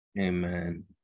Amen